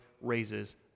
raises